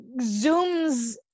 zooms